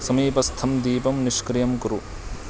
समीपस्थं दीपं निष्क्रियं कुरु